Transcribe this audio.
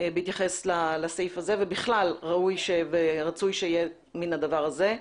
בהתייחס לסעיף הזה ובכלל רצוי שיהיה הדבר הזה.